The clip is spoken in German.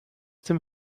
dem